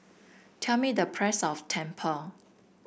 tell me the price of tumpeng